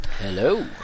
Hello